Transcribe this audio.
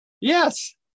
Yes